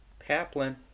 Paplin